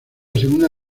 segunda